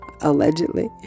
allegedly